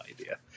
idea